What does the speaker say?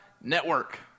Network